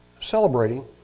celebrating